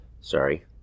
sorry